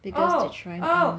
because the trial end